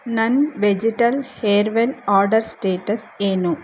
ನನ್ನ vegetable hair well order status ಏನು